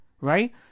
right